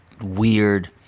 weird